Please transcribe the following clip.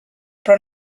però